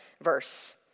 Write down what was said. verse